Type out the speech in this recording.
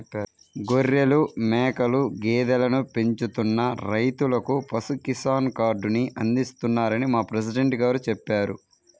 గొర్రెలు, మేకలు, గేదెలను పెంచుతున్న రైతులకు పశు కిసాన్ కార్డుని అందిస్తున్నారని మా ప్రెసిడెంట్ గారు చెప్పారు